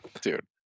dude